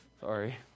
sorry